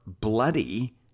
bloody